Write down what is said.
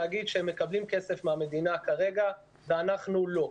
להגיד שהם מקבלים כסף מהמדינה כרגע ואנחנו לא.